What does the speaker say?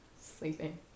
sleeping